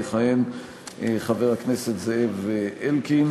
יכהן חבר הכנסת זאב אלקין.